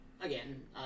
again